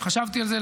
חשבתי על זה,